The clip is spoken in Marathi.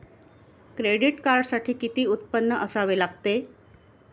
क्रेडिट कार्डसाठी किती उत्पन्न असावे लागते?